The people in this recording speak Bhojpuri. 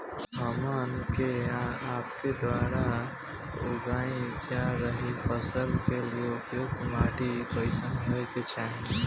हमन के आपके द्वारा उगाई जा रही फसल के लिए उपयुक्त माटी कईसन होय के चाहीं?